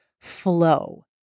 FLOW